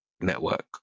network